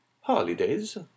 Holidays